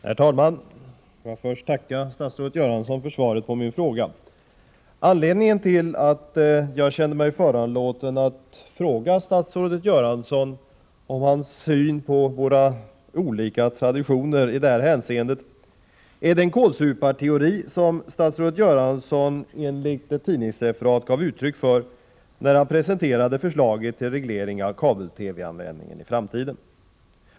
Herr talman! Får jag först tacka statsrådet Göransson för svaret på min fråga. Anledningen till att jag kände mig föranlåten att fråga statsrådet Göransson om hans syn på våra olika traditioner i det här hänseendet är den kålsuparteori som statsrådet Göransson enligt ett tidningsreferat gav uttryck för när han presenterade förslaget till reglering av kabel-TV-användningen i framtiden.